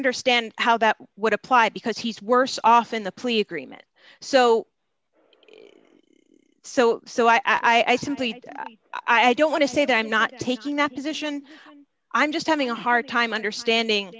understand how that would apply because he's worse off in the plea agreement so so so i simply i don't want to say that i'm not taking that position i'm just having a hard time understanding